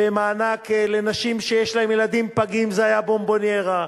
ומענק לנשים שיש להן ילדים פגים זה היה בונבוניירה,